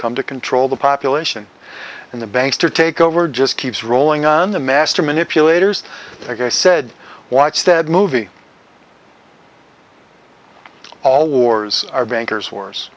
come to control the population and the banks to take over just keeps rolling on the master manipulators like i said watch that movie all wars are bankers wars